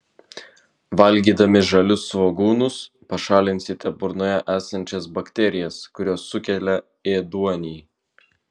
valgydami žalius svogūnus pašalinsite burnoje esančias bakterijas kurios sukelia ėduonį